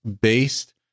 based